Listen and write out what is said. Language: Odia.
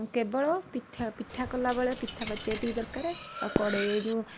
କେବଳ ପିଠା କଲାବେଳେ ପିଠା ପତିଆଟି ଦରକାର ଆଉ କଡ଼େଇ ଏହି ଯେଉଁ